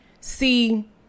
See